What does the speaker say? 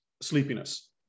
sleepiness